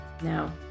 Now